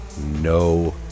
No